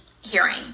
hearing